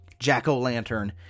Jack-o'-lantern